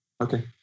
Okay